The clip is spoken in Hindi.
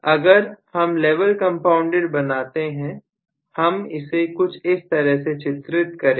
अगर हम लेवल कंपाउंडेड बनाते हैं हम इसे कुछ इस तरह से चित्रित करेंगे